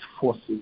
forces